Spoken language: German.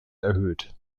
erhöht